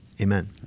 Amen